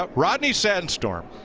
ah rodney sand storm.